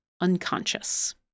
unconscious